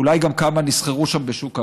אולי גם כמה נסחרו שם בשוק העבדים.